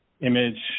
image